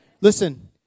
Listen